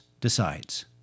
decides